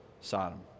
Sodom